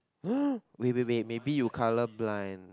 wait wait wait maybe you colourblind